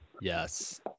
Yes